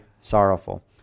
sorrowful